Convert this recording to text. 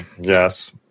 Yes